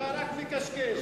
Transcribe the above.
אתה רק מקשקש.